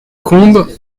combes